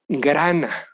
grana